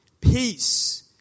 peace